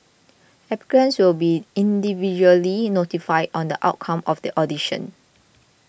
applicants will be individually notified on the outcome of the audition